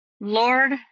Lord